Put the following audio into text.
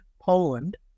Poland